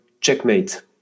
checkmate